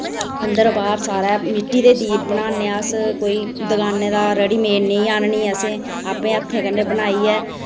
अंदर बाह्र सारै मिट्टी दे दीप बनान्ने अस कोई दुकाने दा रेडीमेड नेईं आह्ननी असैं अपने हत्थें कन्नै बनाइयै